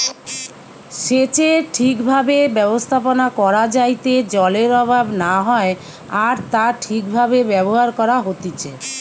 সেচের ঠিক ভাবে ব্যবস্থাপনা করা যাইতে জলের অভাব না হয় আর তা ঠিক ভাবে ব্যবহার করা হতিছে